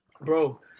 Bro